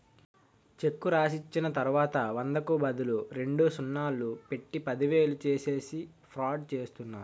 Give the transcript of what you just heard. చెక్కు రాసిచ్చిన తర్వాత వందకు బదులు రెండు సున్నాలు పెట్టి పదివేలు చేసేసి ఫ్రాడ్ చేస్తారు